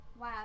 Wow